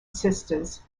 sisters